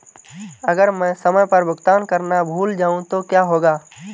अगर मैं समय पर भुगतान करना भूल जाऊं तो क्या होगा?